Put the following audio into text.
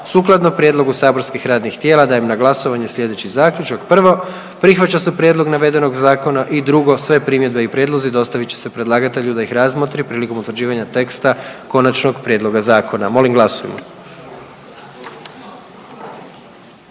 Sukladno prijedlogu saborskih radnih tijela dajem na glasovanje sljedeći zaključak: „1. Prihvaća se prijedlog navedenog zakona i pod 2. Sve primjedbe i prijedlozi dostavit će se predlagatelju da ih razmotri prilikom utvrđivanja teksta konačnog prijedloga zakona.“ Molim glasujmo.